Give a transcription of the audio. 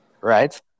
right